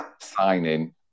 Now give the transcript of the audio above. signing